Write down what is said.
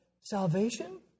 salvation